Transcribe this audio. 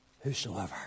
whosoever